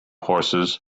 horses